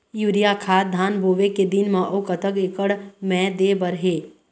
Urea खाद धान बोवे के दिन म अऊ कतक एकड़ मे दे बर हे?